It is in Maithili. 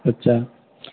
ठीक छै